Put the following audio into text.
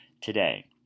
today